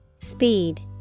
speed